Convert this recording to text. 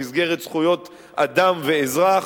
במסגרת זכויות אדם ואזרח,